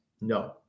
No